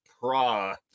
Pra